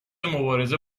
مبارزه